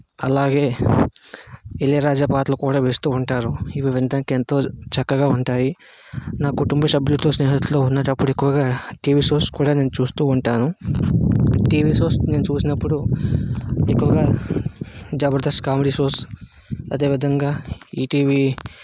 అలాగే ఇళయరాజా పాటలు కూడా వేస్తూ ఉంటారు ఇవి వినటానికి ఎంతో చక్కగా ఉంటాయి నా కుటుంబసభ్యులతో స్నేహితులతో ఉండేటప్పుడు ఎక్కువగా టీవీ షోస్ కూడా నేను ఎక్కువగా చూస్తూ ఉంటాను టీవీ షోస్ నేను చూసినప్పుడు ఎక్కువగా జబర్దస్త్ కామెడీ షోస్ అదే విధంగా ఈటీవీ